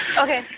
Okay